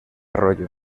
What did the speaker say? arroyo